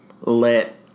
let